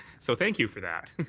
so thank you for that.